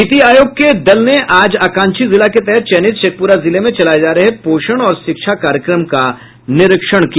नीति आयोग के दल ने आज आकांक्षी जिला के तहत चयनित शेखपुरा जिले में चलाये जा रहे पोषण और शिक्षा कार्यक्रम का निरीक्षण किया